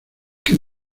que